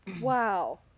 Wow